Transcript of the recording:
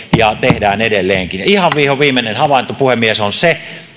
ja tehdään edelleenkin ihan vihoviimeinen havainto puhemies on se